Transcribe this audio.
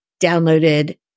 downloaded